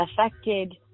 affected